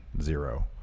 Zero